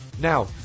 Now